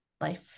life